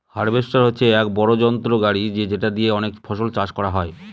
harvester হচ্ছে এক বড়ো যন্ত্র গাড়ি যেটা দিয়ে অনেক ফসল চাষ করা যায়